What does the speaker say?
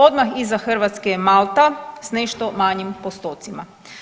Odmah iza Hrvatske je Malta s nešto manjim postocima.